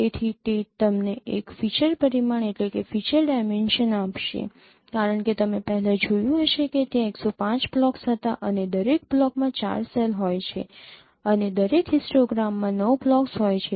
તેથી તે તમને એક ફીચર પરિમાણ આપશે કારણ કે તમે પહેલા જોયું હશે કે ત્યાં ૧૦૫ બ્લોક્સ હતા અને દરેક બ્લોકમાં ૪ સેલ હોય છે અને દરેક હિસ્ટોગ્રામમાં ૯ બ્લોક્સ હોય છે